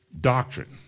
doctrine